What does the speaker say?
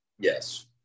Yes